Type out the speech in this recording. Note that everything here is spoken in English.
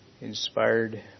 inspired